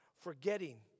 forgetting